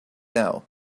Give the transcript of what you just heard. now